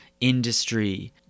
industry